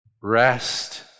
rest